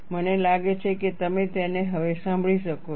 મને લાગે છે કે તમે તેને હવે સાંભળી શકો છો